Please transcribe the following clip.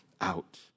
out